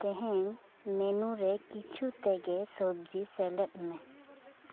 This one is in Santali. ᱛᱮᱦᱮᱧ ᱢᱮᱱᱩᱨᱮ ᱠᱤᱪᱷᱩ ᱛᱮᱜᱮ ᱥᱚᱵᱽᱡᱤ ᱥᱮᱞᱮᱫ ᱢᱮ